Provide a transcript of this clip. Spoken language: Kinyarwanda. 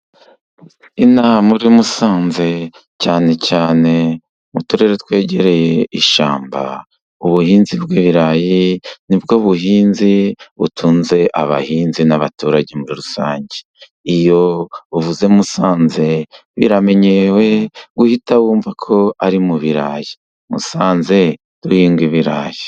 Inaha muri Musanze cyane cyane mu turere twegereye ishyamba, ubuhinzi bw' ibirayi nibwo buhinzi butunze abahinzi n'abaturage muri rusange. Iyo uvuze Musanze, biramenyewe guhita wumva ko ari mu birayi. Musanze duhinga ibirayi.